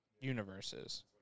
universes